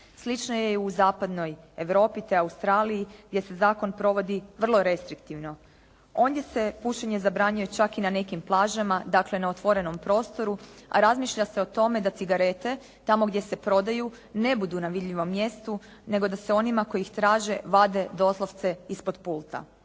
Slično je u zapadnoj Europi te Australiji gdje se zakon provodi vrlo restriktivno. Ondje se pušenje zabranjuje čak i na nekim plažama dakle na otvorenom prostoru a razmišlja se o tome da cigarete tamo gdje se prodaju ne budu na vidljivom mjestu nego da se onima koji ih traže vade doslovce ispod pulta.